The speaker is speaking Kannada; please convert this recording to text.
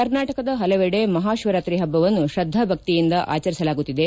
ಕರ್ನಾಟಕದ ಹಲವೆಡೆ ಮಹಾ ಶಿವರಾತ್ರಿ ಹಬ್ಬವನ್ನು ಶ್ರದ್ದಾ ಭಕ್ತಿಯಿಂದ ಆಚರಿಸಲಾಗುತ್ತಿದೆ